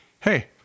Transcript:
Hey